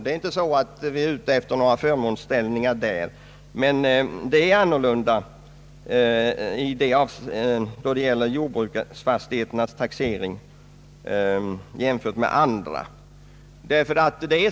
Vi är inte ute efter några förmånsställningar, men det är en annorlunda situation som konstituerar jordbruksfastigheternas saluvärde än beträffande övriga fastigheter.